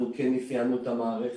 אנחנו כן אפיינו את המערכת,